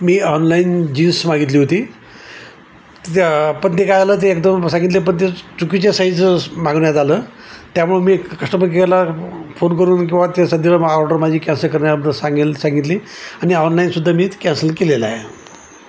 मी online jeans मागितली होती त्या पण ते काय झालं ते एकदम सांगितले पण ते चुकीच्या साईज मागण्यात आलं त्यामुळं मी कस्टमर केअरला फोन करून किंवा ते सध्या मा ऑर्डर माझी कॅन्सल करण्याबद्दल सांगेल सांगितली आणि ऑनलाईन सुद्धा मीच कॅन्सल केलेलं आहे